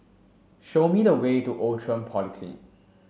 show me the way to Outram Polyclinic